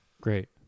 Great